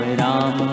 ram